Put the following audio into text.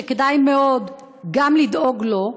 שכדאי מאוד גם לדאוג לו: